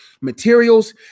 materials